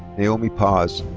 naomi paz.